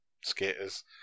skaters